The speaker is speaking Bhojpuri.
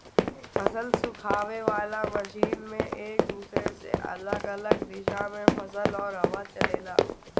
फसल सुखावे वाला मशीन में एक दूसरे से अलग अलग दिशा में फसल और हवा चलेला